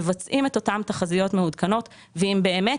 מבצעים את אותן תחזיות מעודכנות ואם באמת